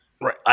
right